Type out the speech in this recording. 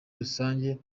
rusange